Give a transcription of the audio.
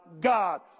God